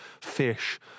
fish